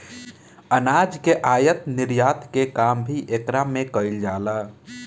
अनाज के आयत निर्यात के काम भी एकरा में कईल जाला